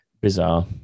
bizarre